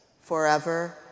forever